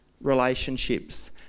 relationships